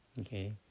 okay